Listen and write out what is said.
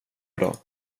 bra